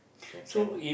if family